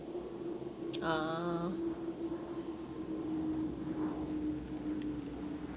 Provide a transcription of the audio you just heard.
ah